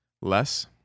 less